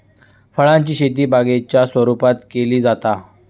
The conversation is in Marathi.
फळांची शेती बागेच्या स्वरुपात केली जाता